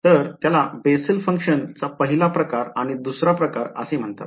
तर त्याला Bessel function चा पहिला प्रकार आणि दुसरा प्रकार असे म्हणतात